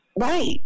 Right